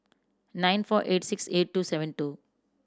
nine four eight six eight two seven two